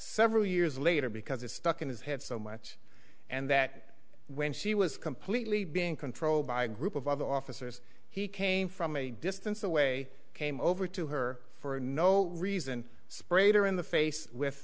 several years later because it's stuck in his head so much and that when she was completely being controlled by a group of other officers he came from a distance away came over to her for no reason sprayed her in the face with